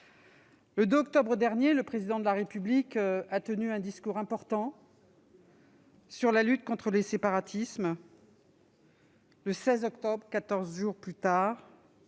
le 2 octobre dernier, le Président de la République a tenu un discours important sur la lutte contre les séparatismes. Le 16 octobre, soit quatorze jours plus tard,